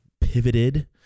pivoted